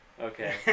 Okay